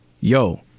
Yo